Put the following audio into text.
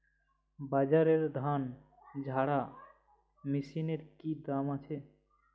বাজারে ধান ঝারা মেশিনের কি দাম আছে?